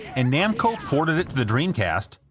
and namco ported it to the dreamcast,